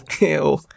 Ew